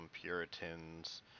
puritans